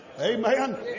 Amen